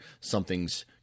something's